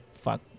fuck